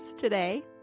today